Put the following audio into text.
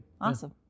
Awesome